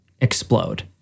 explode